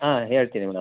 ಹಾಂ ಹೇಳ್ತೀನಿ ಮೇಡಮ್